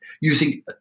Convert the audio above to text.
using